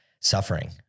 Suffering